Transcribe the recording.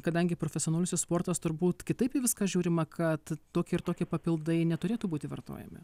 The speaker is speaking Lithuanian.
kadangi profesionaliusis sportas turbūt kitaip į viską žiūrima kad tokie ir tokie papildai neturėtų būti vartojami